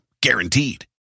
Guaranteed